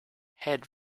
head